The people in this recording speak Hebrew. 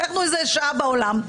אנחנו איזה שעה בעולם,